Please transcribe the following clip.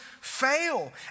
fail